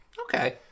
Okay